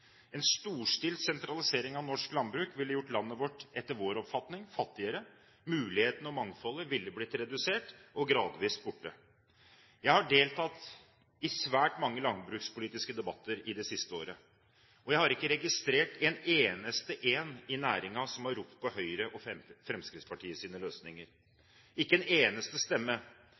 En storstilt sentralisering av norsk landbruk ville etter vår oppfatning gjort landet vårt fattigere. Mulighetene og mangfoldet ville blitt redusert og gradvis borte. Jeg har deltatt i svært mange landbrukspolitiske debatter i det siste året, og jeg har ikke registrert én eneste en i næringen som har ropt på Høyre og Fremskrittspartiets løsninger – ikke én eneste stemme.